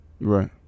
Right